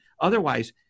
otherwise